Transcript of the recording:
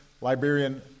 Liberian